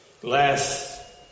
Glass